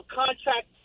contract